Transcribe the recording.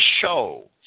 show